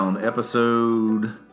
Episode